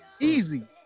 Easy